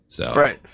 Right